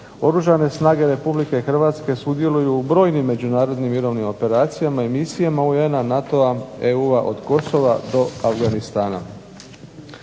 Oružane snage RH sudjeluju u brojnim međunarodnim mirovnim operacijama i misijama UN-a, NATO-a, EU-a od Kosova do Afganistana.